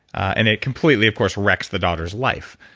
and it completely, of course, wrecks the daughter's life,